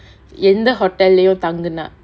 in the hotel லயும் தங்குனா:layum thangunaa